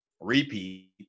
repeat